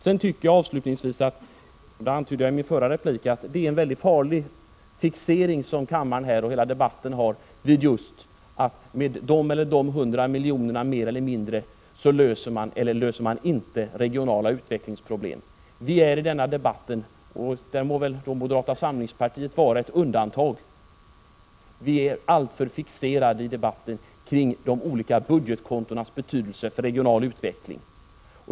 Jag vill avslutningsvis säga, som jag antydde i min förra replik, att det är mycket farligt när kammaren i hela debatten fixerar sig vid just tanken på att de eller de hundra miljonerna mer eller mindre löser eller inte löser regionala utvecklingsproblem. De som deltar i denna debatt — moderata samlingspartiet må vara ett undantag — är alltför fixerade vid de olika budgetkontonas betydelse för regional utveckling.